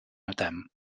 them